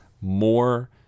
more